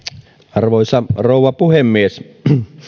arvoisa rouva puhemies